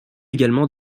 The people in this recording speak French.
également